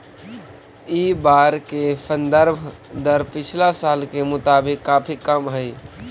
इ बार के संदर्भ दर पिछला साल के मुताबिक काफी कम हई